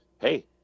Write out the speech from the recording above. Hey